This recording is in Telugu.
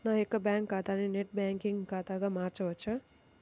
నా యొక్క బ్యాంకు ఖాతాని నెట్ బ్యాంకింగ్ ఖాతాగా మార్చవచ్చా?